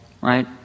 right